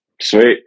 sweet